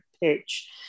pitch